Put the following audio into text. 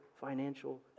financial